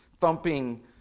thumping